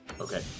Okay